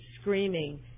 screaming